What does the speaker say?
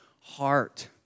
heart